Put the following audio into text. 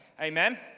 Amen